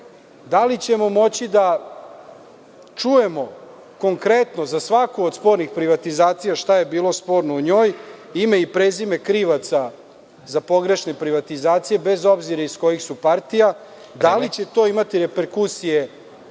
li ćemo moći da čujemo konkretno za svaku od spornih privatizacija šta je bilo sporno u njoj? Ime i prezime krivaca za pogrešne privatizacije bez obzira iz kojih su partija? Da li će to imati reperkusije,